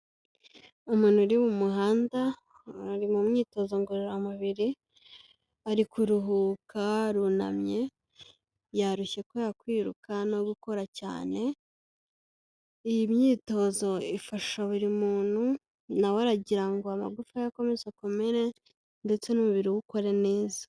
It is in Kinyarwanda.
Umuntu uri mu muhanda, ari mu myitozo ngororamubiri, ari kuruhuka, arunamye, yarushye kubera kwiruka no gukora cyane. Iyi myitozo ifasha buri muntu, na we aragira ngo amagufa ye akomeze akomere ndetse n'umubiri we ukore neza.